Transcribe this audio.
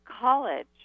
college